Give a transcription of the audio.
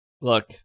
Look